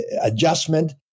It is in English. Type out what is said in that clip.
adjustment